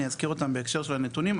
אני אזכיר אותם בהקשר של הנתונים,